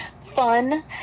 fun